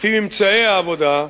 לפי ממצאי העבודה,